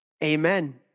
Amen